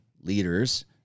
leaders